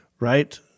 right